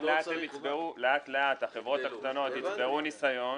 לאט לאט החברות הקטנות יצברו ניסיון,